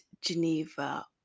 Geneva